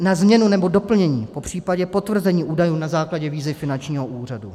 na změnu nebo doplnění, popřípadě potvrzení údajů na základní výzvy finančního úřadu.